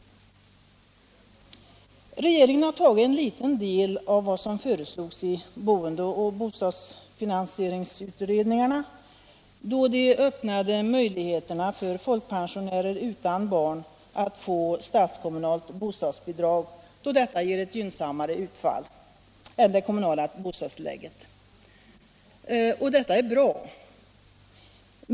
Regeringen har tagit en liten del av vad som föreslogs i boendeoch bostadsfinansieringsutredningarna, då den öppnade möjligheterna för folkpensionärer utan barn att få statskommunalt bostadsbidrag då detta ger ett gynnsammare utfall än det kommunala bostadstillägget. Detta är bra.